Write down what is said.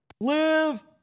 Live